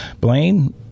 Blaine